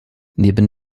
neben